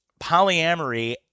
Polyamory